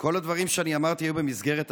שכל הדברים שאני אמרתי הם במסגרת התקנון,